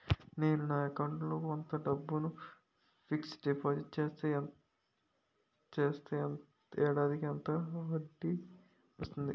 నేను నా అకౌంట్ లో కొంత డబ్బును ఫిక్సడ్ డెపోసిట్ చేస్తే ఏడాదికి ఎంత వడ్డీ వస్తుంది?